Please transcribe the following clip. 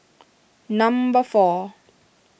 number four